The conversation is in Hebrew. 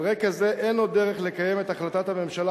על רקע זה אין עוד דרך לקיים את החלטת הממשלה